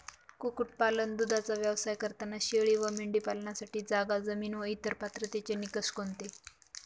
कुक्कुटपालन, दूधाचा व्यवसाय करताना शेळी व मेंढी पालनासाठी जागा, जमीन व इतर पात्रतेचे निकष कोणते?